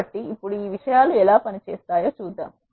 కాబట్టి ఇప్పుడు ఈ విషయాలు ఎలా పనిచేస్తాయో చూద్దాం